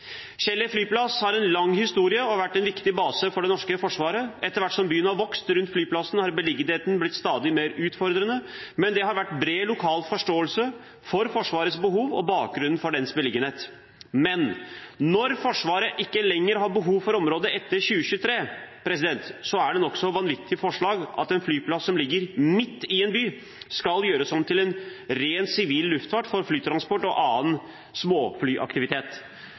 Kjeller flyplass har en lang historie og har vært en viktig base for det norske forsvaret. Etter hvert som byen har vokst rundt flyplassen, har beliggenheten blitt stadig mer utfordrende, men det har vært bred lokal forståelse for Forsvarets behov og bakgrunnen for dens beliggenhet. Men når Forsvaret ikke lenger har behov for området etter 2023, er det et nokså vanvittig forslag at en flyplass som ligger midt i en by, skal gjøres om til en rent sivil flyplass for lufttransport og annen småflyaktivitet.